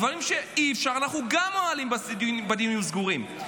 דברים שאי-אפשר, אנחנו גם מעלים בדיונים הסגורים.